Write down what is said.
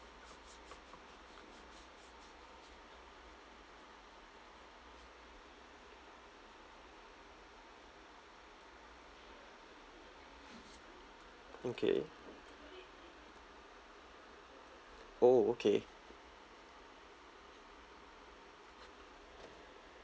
okay oh okay